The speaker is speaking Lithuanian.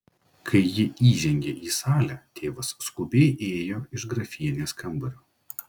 kai ji įžengė į salę tėvas skubiai ėjo iš grafienės kambario